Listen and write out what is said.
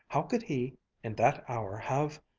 how could he in that hour have.